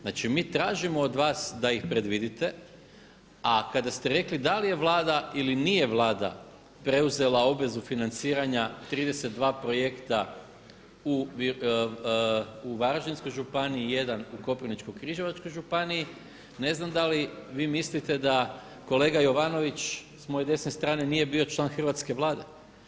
Znači mi tražimo od vas da ih predvidite a kada ste rekli da li je Vlada ili nije Vlada preuzela obvezu financiranja 32 projekata u Varaždinskoj županiji, jedan u Koprivničko-križevačkoj županiji ne znam da li vi mislite da kolega Jovanović s moje desne strane nije bio član Hrvatske vlade?